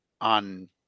on